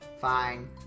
Fine